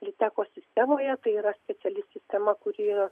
liteko sistemoje tai yra speciali sistema kuri yra